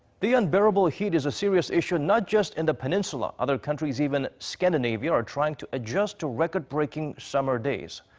the unbearable heat is a serious issue not just in the peninsula. other countries, even scandanavia, are trying to adjust to record breaking summer days.